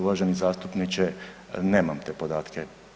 Uvaženi zastupniče nemam te podatke.